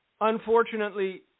unfortunately